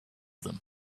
them